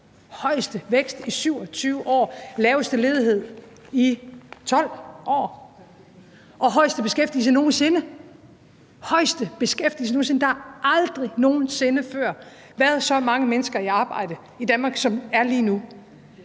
højeste vækst i 27 år, den laveste ledighed i 12 år, og vi havde den højeste beskæftigelse nogen sinde. Der har aldrig nogen sinde før været så mange mennesker i arbejde i Danmark, som der er lige nu.